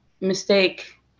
mistake